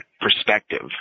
perspective